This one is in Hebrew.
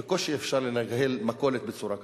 בקושי אפשר לנהל מכולת בצורה כזאת.